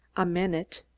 a minute,